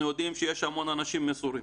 אנחנו יודעים שיש המון אנשים מסורים